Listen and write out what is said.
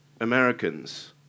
Americans